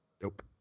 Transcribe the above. Nope